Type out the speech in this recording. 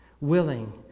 willing